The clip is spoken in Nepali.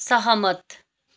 सहमत